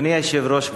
אדוני היושב-ראש,